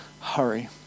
hurry